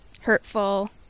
hurtful